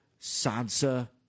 Sansa